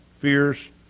fierce